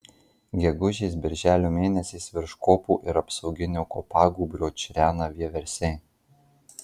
gegužės birželio mėnesiais virš kopų ir apsauginio kopagūbrio čirena vieversiai